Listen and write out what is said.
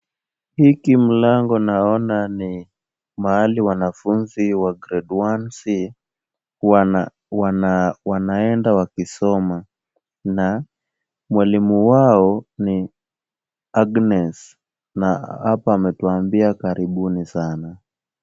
Hiki mlango naona ni mahali wanafunzi wa grade 1C wanaenda wakisoma na mwalimu wao ni Agnes na hapa anatwambia karibuni sana.